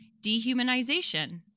dehumanization